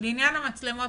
לעניין המצלמות.